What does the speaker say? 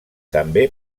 també